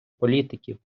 політиків